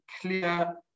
clear